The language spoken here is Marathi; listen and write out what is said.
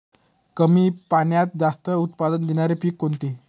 कमी पाण्यात जास्त उत्त्पन्न देणारे पीक कोणते?